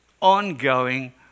ongoing